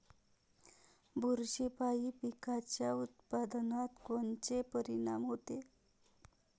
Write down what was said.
बुरशीपायी पिकाच्या उत्पादनात कोनचे परीनाम होते?